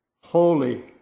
Holy